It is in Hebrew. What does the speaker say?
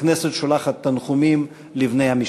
הכנסת שולחת תנחומים לבני המשפחה.